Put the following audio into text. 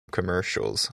commercials